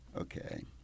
Okay